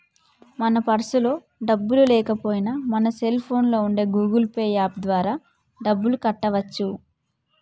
మన పర్సులో డబ్బులు లేకపోయినా మన సెల్ ఫోన్లో ఉండే గూగుల్ పే యాప్ ద్వారా డబ్బులు కట్టవచ్చు